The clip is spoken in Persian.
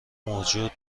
موجود